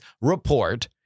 report